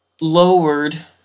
lowered